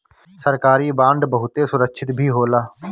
सरकारी बांड बहुते सुरक्षित भी होला